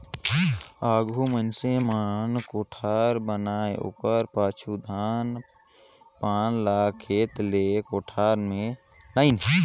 आघु मइनसे मन कोठार बनाए ओकर पाछू धान पान ल खेत ले कोठार मे लाने